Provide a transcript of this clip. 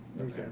Okay